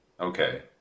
okay